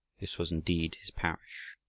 this was indeed his parish.